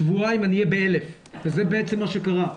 שבועיים, אני אהיה ב-1,000 וזה בעצם מה שקרה.